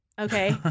Okay